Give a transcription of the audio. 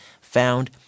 found